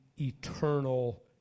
eternal